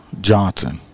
Johnson